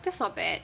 that's not bad